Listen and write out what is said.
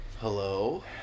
Hello